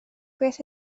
beth